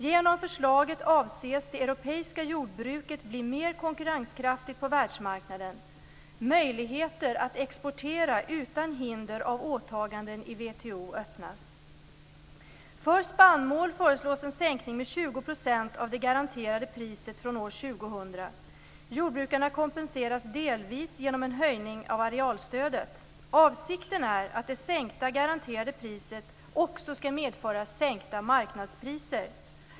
Genom förslaget avses det europeiska jordbruket bli mer konkurrenskraftigt på världsmarknaden. Möjligheter att exportera utan hinder av åtaganden i WTO öppnas. För spannmål föreslås en sänkning med 20 % av det garanterade priset från år 2000. Jordbrukarna kompenseras delvis genom en höjning av arealstödet. Avsikten är att det sänkta garanterade priset också skall medföra sänkta marknadspriser.